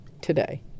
today